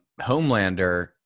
Homelander